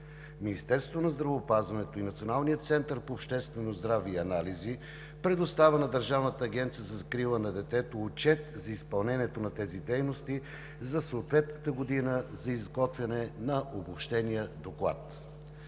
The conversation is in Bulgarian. Министерството на здравеопазването и Националният център по обществено здраве и анализи предоставя на Държавната агенция за закрила на детето отчет за изпълнението на тези дейности за съответната година за изготвяне на обобщения доклад.